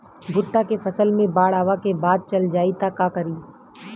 भुट्टा के फसल मे बाढ़ आवा के बाद चल जाई त का करी?